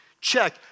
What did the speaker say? check